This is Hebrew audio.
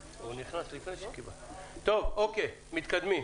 אוקיי, מתקדמים.